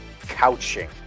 couching